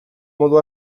modu